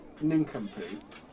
nincompoop